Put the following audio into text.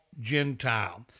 Gentile